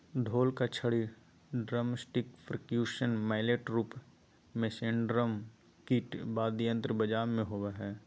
ढोल का छड़ी ड्रमस्टिकपर्क्यूशन मैलेट रूप मेस्नेयरड्रम किट वाद्ययंत्र बजाबे मे होबो हइ